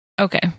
Okay